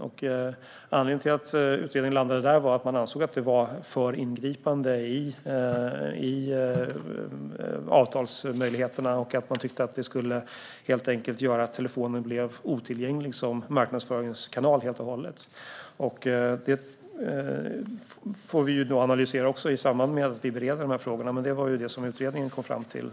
Anledningen till att utredningen landade där var att man ansåg att det var för ingripande i avtalsmöjligheterna och att det helt enkelt skulle göra att telefonen blev otillgänglig som marknadsföringskanal helt och hållet. Detta får vi analysera i samband med att vi bereder de här frågorna, men det var detta som utredningen tydligt kom fram till.